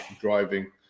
driving